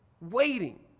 waiting